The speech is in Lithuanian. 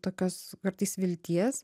tokios kartais vilties